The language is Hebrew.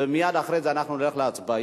ומייד אחרי זה אנחנו נלך להצבעה.